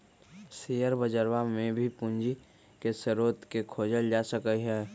share बजरवा में भी पूंजी के स्रोत के खोजल जा सका हई